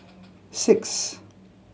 six